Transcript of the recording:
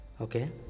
Okay